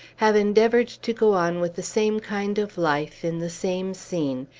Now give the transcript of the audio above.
have endeavored to go on with the same kind of life, in the same scene,